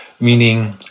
meaning